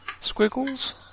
squiggles